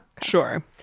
Sure